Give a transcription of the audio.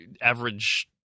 average